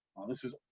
this is,